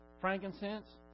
frankincense